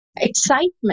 excitement